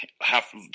half